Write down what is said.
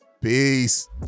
Peace